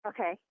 Okay